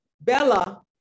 Bella